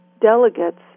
delegates